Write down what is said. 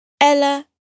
Ella